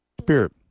spirit